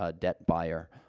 ah debt buyer.